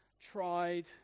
tried